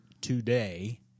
today